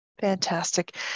Fantastic